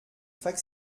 fac